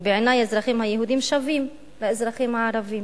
ובעיני האזרחים היהודים שווים לאזרחים הערבים,